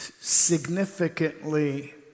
significantly